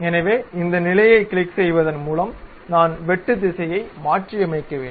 எனவே இந்த நிலையை கிளிக் செய்வதன் மூலம் நான் வெட்டு திசையை மாற்றியமைக்க வேண்டும்